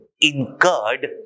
incurred